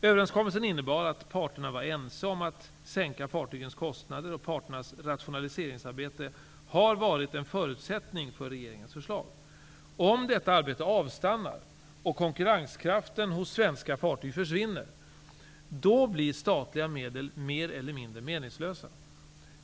Överenskommelsen innebar att parterna var ense om att sänka fartygens kostnader, och parternas rationaliseringsarbete har varit en förutsättning för regeringens förslag. Om detta arbete avstannar och konkurrenskraften hos svenska fartyg försvinner, då blir statliga medel mer eller mindre meningslösa.